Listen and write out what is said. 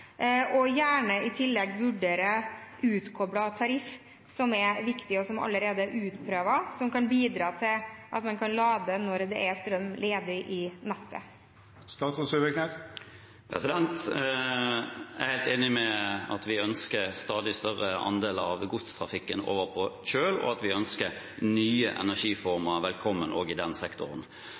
og gjerne i tillegg vurdere utkoblet tariff, som er viktig, som allerede er utprøvd, og som kan bidra til at man kan lade når det er strøm ledig i nettet? Jeg er helt enig. Vi ønsker en stadig større andel av godstrafikken over på kjøl, og vi ønsker nye energiformer velkommen også i den sektoren.